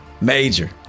major